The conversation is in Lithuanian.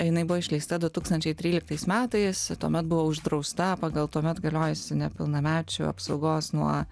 jinai buvo išleista du tūkstančiai tryliktais metais tuomet buvo uždrausta pagal tuomet galiojusį nepilnamečių apsaugos nuo